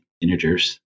integers